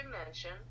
dimension